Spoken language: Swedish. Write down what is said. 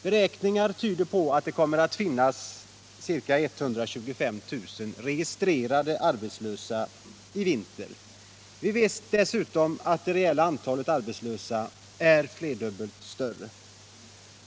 Beräkningar tyder på att det kommer att finnas ca 125 000 registrerade arbetslösa i vinter. Vi vet dessutom att det reella antalet arbetslösa är flerdubbelt större.